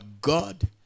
God